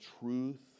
truth